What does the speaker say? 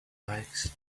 likes